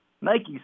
Nike